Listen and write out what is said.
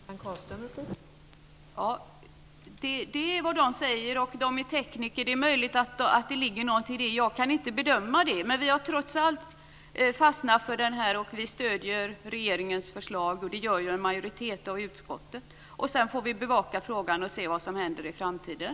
Fru talman! Ja, det är vad de säger, och de är tekniker. Det är möjligt att det ligger något i det. Det kan jag inte bedöma. Men vi har trots allt fastnat för opt out-lösningen och stöder regeringens förslag, och det gör en majoritet av utskottet. Sedan får vi bevaka frågan och se vad som händer i framtiden.